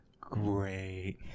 great